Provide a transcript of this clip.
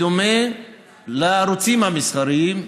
בדומה לערוצים המסחריים,